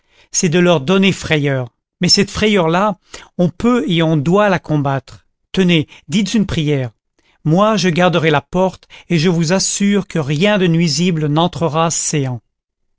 c'est de leur donner frayeur mais cette frayeur là on peut et on doit la combattre tenez dites une prière moi je garderai la porte et je vous assure que rien de nuisible n'entrera céans